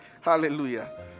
hallelujah